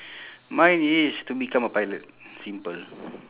mine is to become a pilot simple